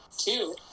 two